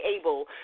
able